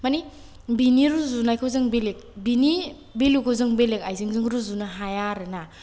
मानि बेनि रुजुनायखौ जों बेलेग बेनि बेलुखौ जों बेलेग आइजेंजों रुजुनो हाया आरो ना